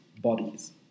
bodies